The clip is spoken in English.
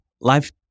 life